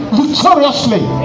victoriously